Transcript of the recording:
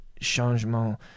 changement